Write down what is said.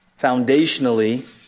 foundationally